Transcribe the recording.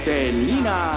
Selena